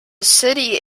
city